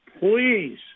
Please